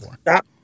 stop